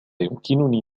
يمكنني